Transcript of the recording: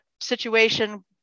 situation